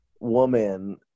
woman